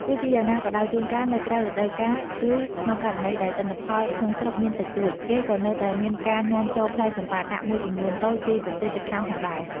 ទោះជាយ៉ាងណាក៏ដោយ ជួនកាលនៅក្រៅរដូវកាល ឬក្នុងករណីដែលទិន្នផលក្នុងស្រុកមានតិចតួច គេក៏នៅតែមានការនាំចូលផ្លែចម្ប៉ាដាក់មួយចំនួនតូចពីប្រទេសជិតខាងផងដែរ។